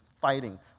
fighting